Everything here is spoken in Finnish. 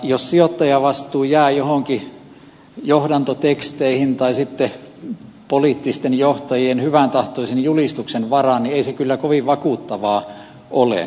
jos sijoittajavastuu jää johonkin johdantoteksteihin tai poliittisten johtajien hyväntahtoisen julistuksen varaan niin ei se kyllä kovin vakuuttavaa ole